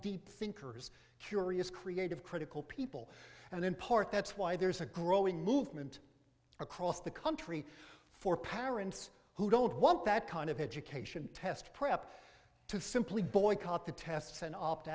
deep thinkers curious creative critical people and in part that's why there's a growing movement across the country for parents who don't want that kind of education test prep to simply boycott the tests and opt